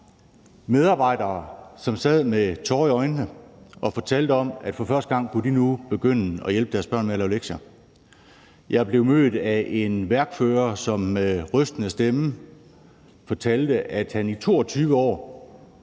medarbejdere, som sad med tårer i øjnene og fortalte om, at for første gang kunne de nu begynde at hjælpe deres børn med at lave lektier. Jeg blev mødt af en værkfører, som med rystende stemme fortalte, at han i 22 år,